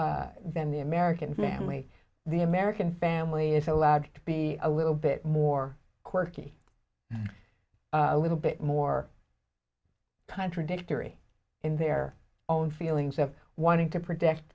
than the american family the american family is allowed to be a little bit more quirky a little bit more contradictory in their own feelings of wanting to protect